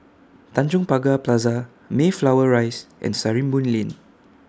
Tanjong Pagar Plaza Mayflower Rise and Sarimbun Lane